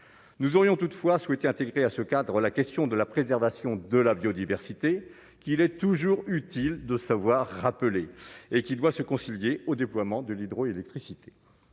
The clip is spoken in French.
nous aurions toutefois souhaité intégrer à ce cadre, la question de la préservation de la biodiversité qu'il est toujours utile de savoir rappeler et qui doit se concilier au déploiement de l'hydroélectricité,